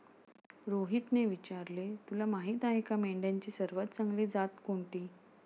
रोहितने विचारले, तुला माहीत आहे का मेंढ्यांची सर्वात चांगली जात कोणती?